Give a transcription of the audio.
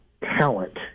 talent